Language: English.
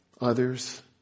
others